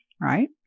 right